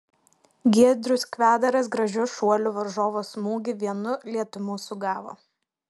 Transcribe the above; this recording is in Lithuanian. giedrius kvedaras gražiu šuoliu varžovo smūgį vienu lietimu sugavo